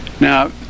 Now